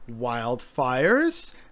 wildfires